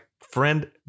friend